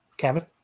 Kevin